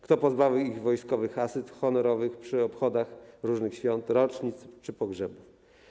Kto pozbawił ich wojskowych asyst honorowych przy obchodach różnych świąt, rocznic czy pogrzebów?